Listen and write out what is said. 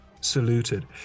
saluted